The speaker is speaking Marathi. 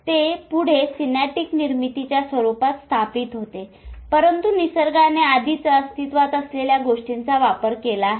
ते पुढे सिनॅप्टिक निर्मितीच्या स्वरूपात स्थापित होते परंतु निसर्गाने आधीच अस्तित्वात असलेल्या गोष्टींचा वापर केला आहे